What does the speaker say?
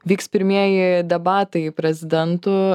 vyks pirmieji debatai prezidentų